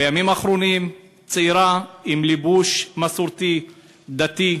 בימים האחרונים, צעירה בלבוש מסורתי דתי,